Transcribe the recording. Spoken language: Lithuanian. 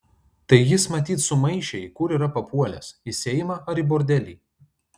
tai jis matyt sumaišė į kur yra papuolęs į seimą ar į bordelį